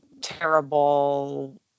terrible